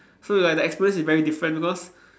so like the experience is very different because